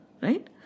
Right